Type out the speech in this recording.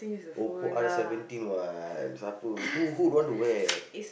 o~ out of seventeen what siape who who don't want to wear